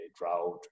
drought